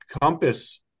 Compass